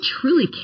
truly